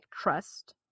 trust